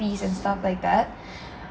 fees and stuff like that